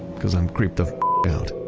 because i'm creeped the out.